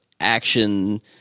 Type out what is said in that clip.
action